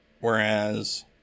Whereas